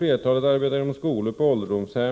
Flertalet arbetar inom skolor, på ålderdomshem .